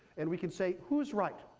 and we could say, who's right?